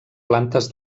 plantes